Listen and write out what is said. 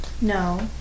No